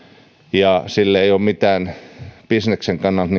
ja sillä ei ole mitään lisäarvoa bisneksen kannalta